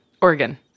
Oregon